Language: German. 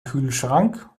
kühlschrank